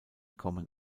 kommen